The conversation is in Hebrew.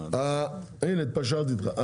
הנה התפשרתי איתך.